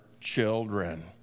children